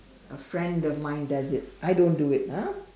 a friend of mine does it I don't do it ah